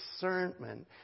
discernment